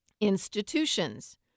institutions